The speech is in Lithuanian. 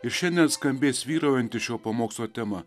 ir šiandien skambės vyraujanti šio pamokslo tema